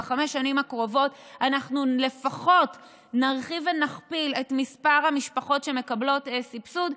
בחמש השנים הקרובות לפחות נרחיב ונכפיל את מספר המשפחות שמקבלות סבסוד,